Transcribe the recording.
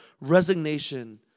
resignation